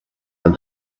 and